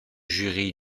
jury